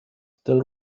still